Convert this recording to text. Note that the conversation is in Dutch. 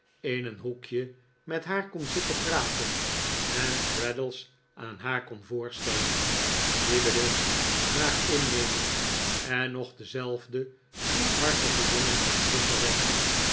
in een hoekje met haar kon zitten praten en traddles aan haar kon voorstellen die bedeesd maar innemend en nog dezelfde goedhartige jongen van vroeger was